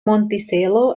monticello